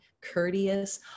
courteous